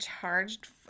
charged